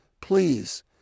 Please